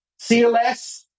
CLS